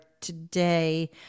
today